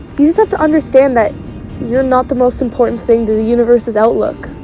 you just to understand that youre not the most important thing to the universes outlook,